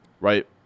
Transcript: right